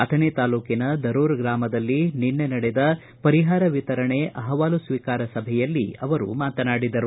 ಅಥಣಿ ತಾಲ್ಲೂಕಿನ ದರೂರ ಗ್ರಾಮದಲ್ಲಿ ನಿನ್ನೆ ನಡೆದ ಪರಿಹಾರ ವಿತರಣೆ ಅಹವಾಲು ಸ್ವೀಕಾರ ಸಭೆಯಲ್ಲಿ ಅವರು ಮಾತನಾಡಿದರು